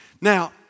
Now